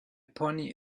pony